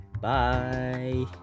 bye